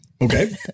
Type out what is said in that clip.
Okay